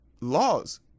laws